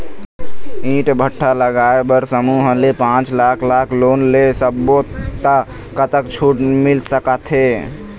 ईंट भट्ठा लगाए बर समूह ले पांच लाख लाख़ लोन ले सब्बो ता कतक छूट मिल सका थे?